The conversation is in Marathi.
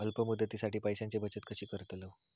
अल्प मुदतीसाठी पैशांची बचत कशी करतलव?